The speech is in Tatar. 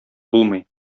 булмый